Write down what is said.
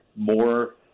more